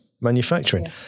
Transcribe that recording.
manufacturing